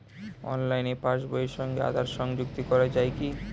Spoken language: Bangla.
অনলাইনে পাশ বইয়ের সঙ্গে আধার সংযুক্তি করা যায় কি?